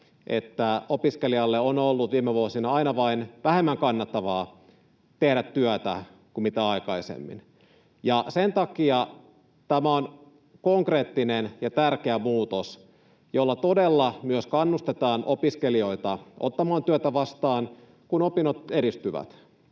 että opiskelijalle on ollut viime vuosina aina vain vähemmän kannattavaa tehdä työtä kuin aikaisemmin. Sen takia tämä on konkreettinen ja tärkeä muutos, jolla todella myös kannustetaan opiskelijoita ottamaan työtä vastaan, kun opinnot edistyvät.